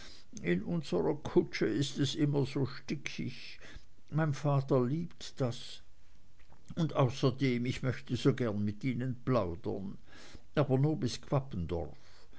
in unserer kutsche ist es immer so stickig mein vater liebt das und außerdem ich möchte so gerne mit ihnen plaudern aber nur bis